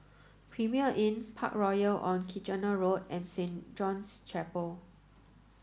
Premier Inn Parkroyal on Kitchener Road and Saint John's Chapel